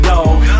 Dog